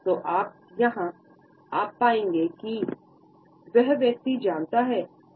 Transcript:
अमेरिकी व्यवहार में एक खुश मुस्कान पारित की जाती है एक ड्यूचेन मुस्कान को पारित किया जाता है